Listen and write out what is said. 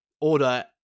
order